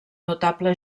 notable